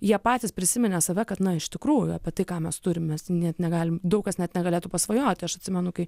jie patys prisiminė save kad na iš tikrųjų apie tai ką mes turim mes net negalim daug kas net negalėtų pasvajoti aš atsimenu kai